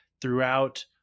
throughout